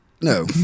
no